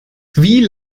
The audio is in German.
wie